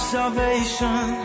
salvation